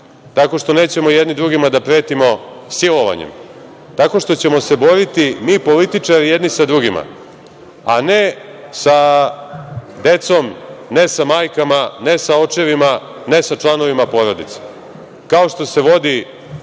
tako što nećemo jedni drugima da pretimo silovanjem, tako što ćemo se boriti mi političari jedni sa drugima, a ne sa decom, ne sa majkama, ne sa očevima, ne sa članovima porodice,